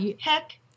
heck